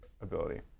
ability